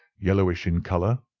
yellowish in colour,